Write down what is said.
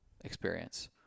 experience